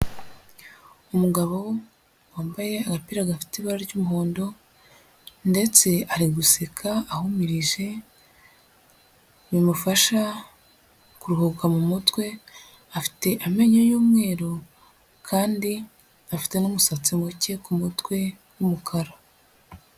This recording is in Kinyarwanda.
Umugabo wambaye agapira gafite ibara ry'umuhondo ndetse ari guseka ahumirije bimufasha kuruhuka mu mutwe. Afite amenyo y'umweru kandi afite n'umusatsi muke ku mutwe w'umukara.